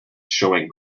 showing